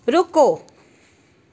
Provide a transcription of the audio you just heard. ਰੁਕੋ